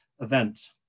event